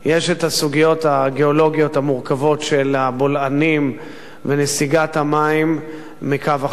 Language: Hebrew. יש הסוגיות הגיאולוגיות המורכבות של הבולענים ונסיגת המים מקו החוף,